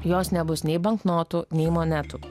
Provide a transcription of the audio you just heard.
jos nebus nei banknotų nei monetų